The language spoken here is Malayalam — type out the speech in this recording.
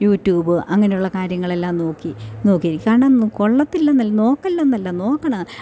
യൂട്യൂബ് അങ്ങനെയുള്ള കാര്യങ്ങളെല്ലാം നോക്കി നോക്കി കാരണം കൊള്ളത്തില്ലെന്നല്ല നോക്കല്ലെന്നല്ല നോക്കണം